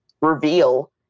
reveal